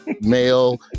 male